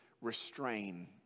restrain